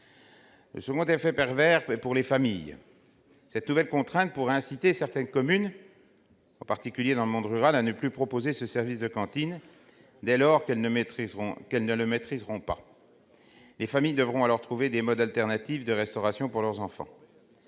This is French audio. l'autre effet pervers concerne les familles. Cette nouvelle contrainte pourrait inciter certaines communes, en particulier dans le monde rural, à ne plus proposer de service de cantine dès lors qu'elles ne le maîtriseront pas. Les familles devront alors trouver des modes alternatifs de restauration pour leurs enfants.